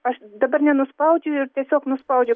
aš dabar nenuspaudžiu ir tiesiog nuspaudžiu